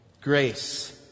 Grace